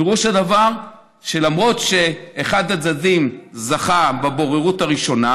פירוש הדבר שלמרות שאחד הצדדים זכה בבוררות הראשונה,